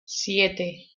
siete